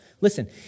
Listen